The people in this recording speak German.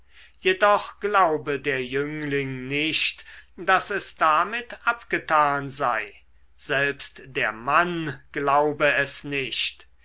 jedoch glaube der jüngling nicht daß es damit abgetan sei selbst der mann glaube es nicht